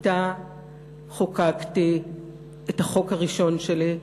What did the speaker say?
אִתה חוקקתי את החוק הראשון שלי,